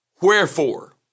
wherefore